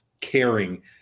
caring